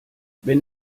wenn